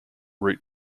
root